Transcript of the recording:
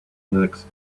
linux